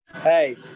Hey